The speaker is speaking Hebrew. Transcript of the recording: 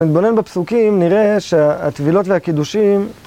מתבונן בפסוקים נראה שהטבילות והקידושים